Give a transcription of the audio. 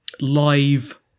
live